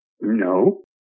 No